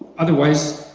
otherwise,